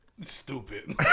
Stupid